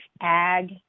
ag